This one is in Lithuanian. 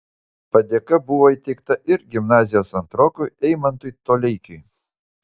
padėka buvo įteikta ir gimnazijos antrokui eimantui toleikiui